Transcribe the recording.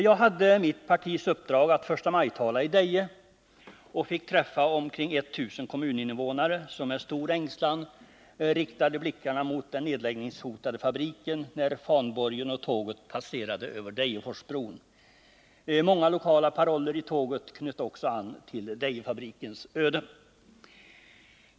Jag hade mitt partis uppdrag att förstamajtala i Deje och fick träffa omkring 1000 kommuninvånare, som med stor ängslan riktade blickarna mot den nedläggningshotade fabriken när fanborgen och tåget passerade över Dejeforsbron. Många lokala paroller i tåget knöt också an till Dejefabrikens öde.